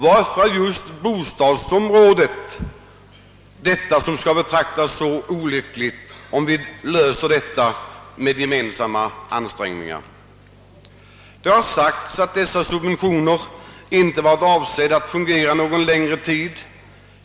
Varför skall det betraktas som olyckligt om vi löser bostadsproblemet med gemensamma ansträngningar? Det har sagts att dessa subventioner inte varit avsedda att fungera någon längre tid.